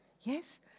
Yes